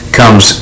comes